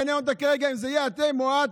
מעניין אותה כרגע אם זה יהיה "אתה" או "את",